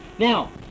Now